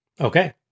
Okay